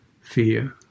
fear